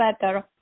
better